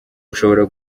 ushobora